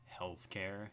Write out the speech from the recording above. healthcare